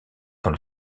dans